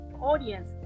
audience